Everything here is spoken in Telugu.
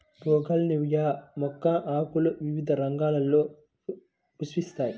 బోగాన్విల్లియ మొక్క ఆకులు వివిధ రంగుల్లో పుష్పిస్తాయి